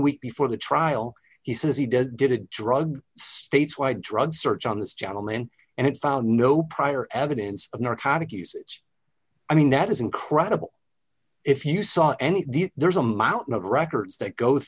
week before the trial he says he did did a drug statewide drug search on this gentleman and found no prior evidence of narcotic usage i mean that is incredible if you saw any there's a mountain of records that go